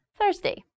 Thursday